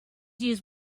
used